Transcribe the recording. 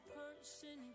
person